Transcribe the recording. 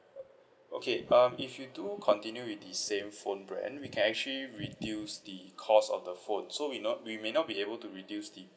okay um if you do continue with the same phone brand we can actually reduce the cost of the phone so we not we may not be able to reduce the